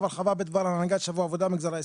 הרחבה בדבר הנהגת שבוע העבודה במגזר העסקי.